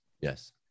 Yes